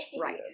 Right